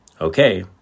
Okay